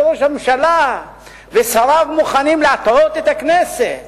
ראש הממשלה ושריו מוכנים להטעות את הכנסת